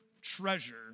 treasure